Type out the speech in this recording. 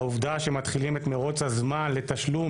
העובדה שמתחילים את מירוץ הזמן לתשלום